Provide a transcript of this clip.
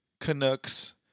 Canucks